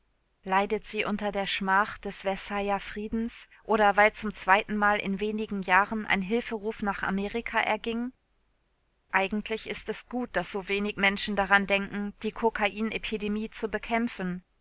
leidet sie unter der schmach des versailler friedens oder weil zum zweitenmal in wenigen jahren ein hilferuf nach amerika erging eigentlich ist gut daß so wenig menschen daran denken die kokainepidemie zu bekämpfen